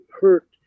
hurt